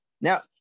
now